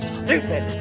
stupid